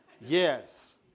yes